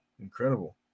incredible